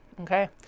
okay